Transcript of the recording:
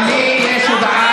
גם לי יש הודעה.